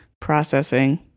processing